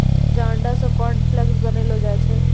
जंडा से कॉर्नफ्लेक्स बनैलो जाय छै